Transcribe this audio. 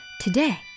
Today